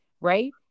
right